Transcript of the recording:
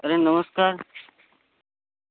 अरे नमस्कार